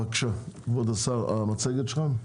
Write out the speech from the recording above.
בבקשה, כבוד השר, המצגת שלך.